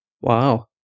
Wow